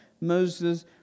Moses